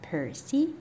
Percy